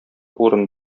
урын